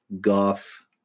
goth